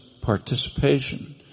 participation